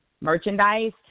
merchandise